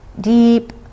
deep